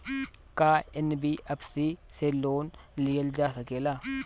का एन.बी.एफ.सी से लोन लियल जा सकेला?